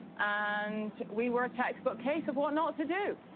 and we were a textbook case of what not to do.